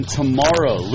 tomorrow